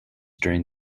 during